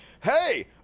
hey